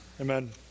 Amen